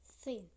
Thin